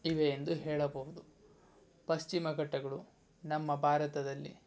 ಇವೆ ಎಂದು ಹೇಳಬಹುದು ಪಶ್ಚಿಮ ಘಟ್ಟಗಳು ನಮ್ಮ ಭಾರತದಲ್ಲಿ